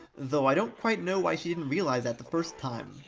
though i don't quite know why she didn't realize that the first time.